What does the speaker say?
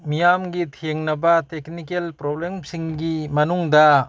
ꯃꯤꯌꯥꯝꯒꯤ ꯊꯦꯡꯅꯕ ꯇꯦꯛꯅꯤꯛꯀꯦꯜ ꯄ꯭ꯔꯣꯕ꯭ꯂꯦꯝꯁꯤꯡꯒꯤ ꯃꯅꯨꯡꯗ